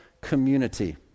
community